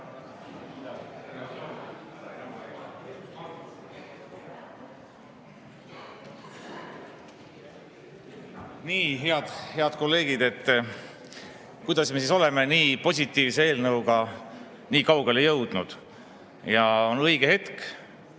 Nii! Head kolleegid! Kuidas me oleme nii positiivse eelnõuga nii kaugele jõudnud? On õige hetk